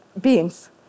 beings